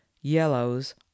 yellows